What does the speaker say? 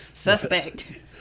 Suspect